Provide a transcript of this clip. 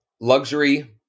luxury